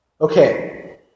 Okay